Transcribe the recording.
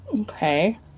Okay